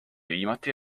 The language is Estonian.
viimati